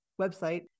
website